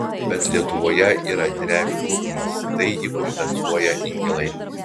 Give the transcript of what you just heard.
bet lietuvoje yra drevių trūkumas tai jį kompensuoja inkilai